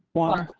one,